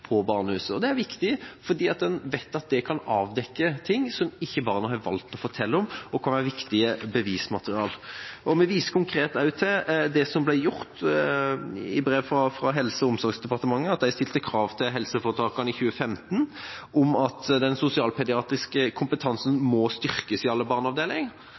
på barnehuset. Det er viktig, fordi en vet at det kan avdekke ting som barna ikke har valgt å fortelle om, og som kan være viktig bevismateriale. Vi viser også konkret til det som ble gjort i brevet fra Helse- og omsorgsdepartementet, at de stilte krav til helseforetakene i 2015 om at den sosialpediatriske kompetansen må styrkes i alle